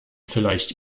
vielleicht